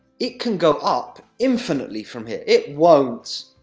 it can go up infinitely from here. it won't,